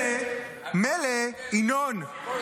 ינון,